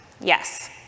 Yes